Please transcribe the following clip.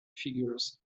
figures